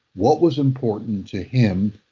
what was important to him,